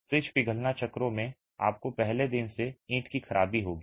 freeze पिघलना चक्रों में आपको पहले दिन से ईंट की खराबी होगी